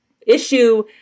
issue